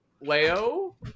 leo